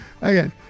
again